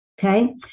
okay